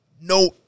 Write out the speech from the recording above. No